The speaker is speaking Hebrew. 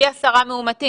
פי 10 מאומתים.